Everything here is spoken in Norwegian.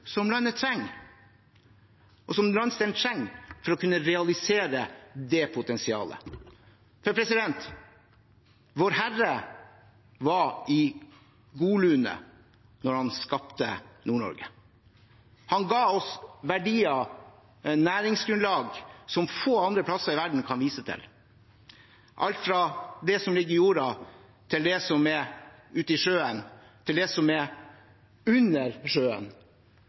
som landet og landsdelen trenger for å kunne realisere det potensialet. Vår Herre var i godlune da han skapte Nord-Norge. Ha ga oss verdier og et næringsgrunnlag som få andre plasser i verden kan vise til – alt fra det som ligger i jorda, til det som er ute i sjøen, til det som er under sjøen.